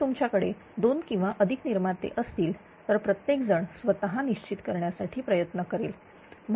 तर तुमच्याकडे दोन किंवा अधिक निर्माते असतील तर प्रत्येक जण स्वतः निश्चित करण्यासाठी प्रयत्न करेल